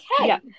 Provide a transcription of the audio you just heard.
okay